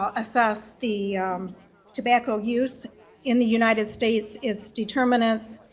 ah assess the tobacco use in the united states, its determinants,